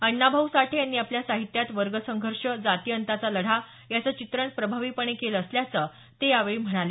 अण्णाभाऊ साठे यांनी आपल्या साहित्यात वर्गसंघर्ष जातिअंताचा लढा याचं चित्रण प्रभावीपणे केलं असल्याचं ते यावेळी म्हणाले